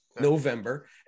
November